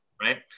right